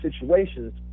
situations